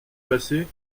passée